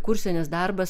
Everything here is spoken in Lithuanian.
kursinis darbas